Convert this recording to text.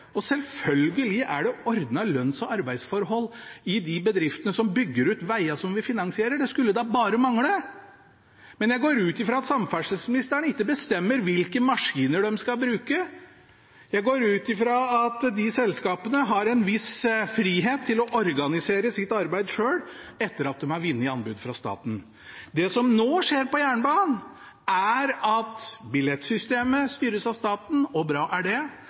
Og selvfølgelig er det ordnede lønns- og arbeidsforhold i de bedriftene som bygger ut veiene som vi finansierer. Det skulle da bare mangle! Men jeg går ut ifra at samferdselsministeren ikke bestemmer hvilke maskiner de skal bruke. Jeg går ut ifra at selskapene har en viss frihet til å organisere arbeidet sitt selv etter at de har vunnet anbudet fra staten. Det som nå skjer på jernbanen, er at billettsystemet styres av staten – og bra er det.